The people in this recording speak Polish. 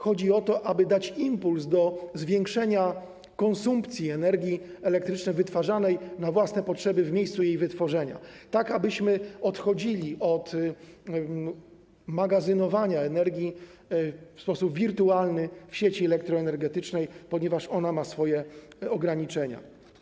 Chodzi o to, aby dać impuls do zwiększenia konsumpcji energii elektrycznej wytwarzanej na własne potrzeby w miejscu jej wytworzenia, tak abyśmy odchodzili od magazynowania energii w sposób wirtualny w sieci elektroenergetycznej, ponieważ ona ma swoje ograniczenia.